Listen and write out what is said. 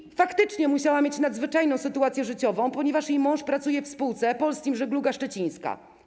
I faktycznie musiała mieć nadzwyczajną sytuację życiową, ponieważ jej mąż pracuje w spółce Polsteam Żegluga Szczecińska.